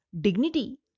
dignity